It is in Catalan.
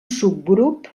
subgrup